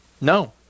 No